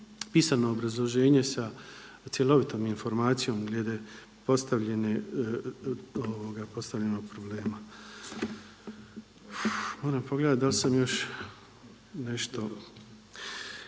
pisano obrazloženje sa cjelovitom informacijom glede postavljenog problema. Moram pogledati da li sam još nešto,